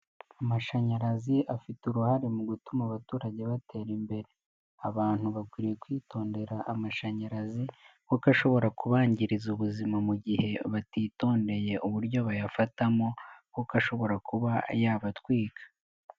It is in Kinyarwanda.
Amashanyarazi afite uruhare mu gutuma abaturage batera imbere, abantu bakwiye kwitondera amashanyarazi kuko ashobora kubangiriza ubuzima mu gihe batitondeye uburyo bayafatamo, kuko ashobora kuba yabatwika.